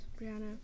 Brianna